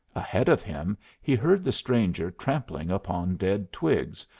ahead of him he heard the stranger trampling upon dead twigs,